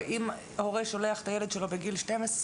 הרי אם הורה שולח את הילד שלו בגיל 12,